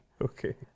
Okay